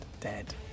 dead